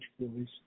Boys